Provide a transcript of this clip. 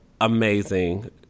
amazing